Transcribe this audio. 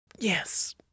yes